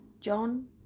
John